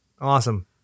awesome